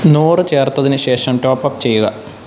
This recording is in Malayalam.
നൂറ് ചേർത്തതിന് ശേഷം ടോപ്പ് അപ് ചെയ്യുക